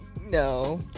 No